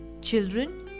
children